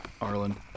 Arlen